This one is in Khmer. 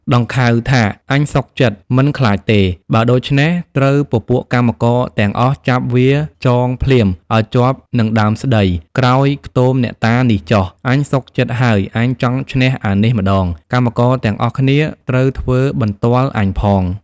ដង្ខៅថា អញសុខចិត្ត មិនខ្លាចទេ បើដូច្នេះ ត្រូវពពួកកម្មករទាំងអស់ ចាប់វាចងភ្លាមឲ្យជាប់នឹងដើមស្តី ក្រោយខ្ទមអ្នកតានេះចុះ អញសុខចិត្តហើយ អញចង់ឈ្នះអានេះម្តង កម្មករទាំងអស់គ្នាត្រូវធ្វើបន្ទាល់អញផង។